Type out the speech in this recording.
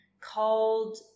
called